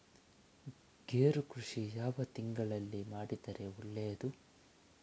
ಗೇರು ಕೃಷಿ ಯಾವ ತಿಂಗಳಲ್ಲಿ ಮಾಡಿದರೆ ಒಳ್ಳೆಯದು?